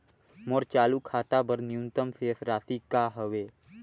मोर चालू खाता बर न्यूनतम शेष राशि का हवे?